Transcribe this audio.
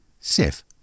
Sif